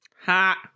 Ha